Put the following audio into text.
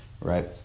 right